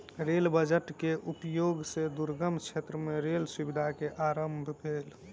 rail budget के उपयोग सॅ दुर्गम क्षेत्र मे रेल सुविधा के आरम्भ भेल